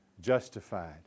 justified